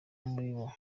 muribo